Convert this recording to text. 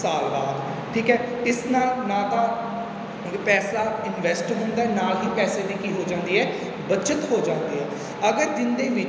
ਸਾਲ ਬਾਅਦ ਠੀਕ ਹੈ ਇਸ ਨਾਲ ਨਾ ਤਾਂ ਪੈਸਾ ਇਨਵੈਸਟ ਹੁੰਦਾ ਨਾਲ ਹੀ ਪੈਸੇ ਦੀ ਕੀ ਹੋ ਜਾਂਦੀ ਹੈ ਬੱਚਤ ਹੋ ਜਾਂਦੀ ਹੈ ਅਗਰ ਦਿਨ ਦੇ ਵਿੱਚ